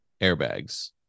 airbags